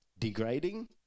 degrading